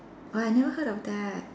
I never heard of that